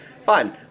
fine